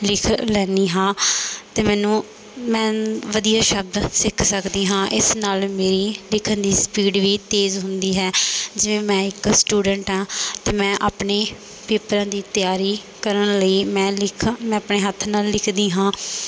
ਲਿਖ ਲੈਂਦੀ ਹਾਂ ਅਤੇ ਮੈਨੂੰ ਮੈਂ ਵਧੀਆ ਸ਼ਬਦ ਸਿੱਖ ਸਕਦੀ ਹਾਂ ਇਸ ਨਾਲ ਮੇਰੀ ਲਿਖਣ ਦੀ ਸਪੀਡ ਵੀ ਤੇਜ਼ ਹੁੰਦੀ ਹੈ ਜੇ ਮੈਂ ਇੱਕ ਸਟੂਡੈਂਟ ਹਾਂ ਤਾਂ ਮੈਂ ਆਪਣੇ ਪੇਪਰਾਂ ਦੀ ਤਿਆਰੀ ਕਰਨ ਲਈ ਮੈਂ ਲਿਖ ਮੈਂ ਆਪਣੇ ਹੱਥ ਨਾਲ ਲਿਖਦੀ ਹਾਂ